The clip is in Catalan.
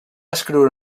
escriure